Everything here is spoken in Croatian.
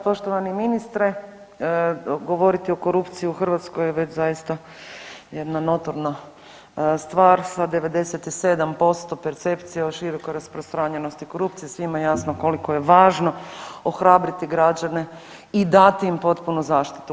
Poštovani ministre govoriti o korupciji u Hrvatskoj je već zaista jedna notorna stvar sa 97% percepcije o široko rasprostranjenosti korupcije svima je jasno koliko je važno ohrabriti građane i dati im potpunu zaštitu.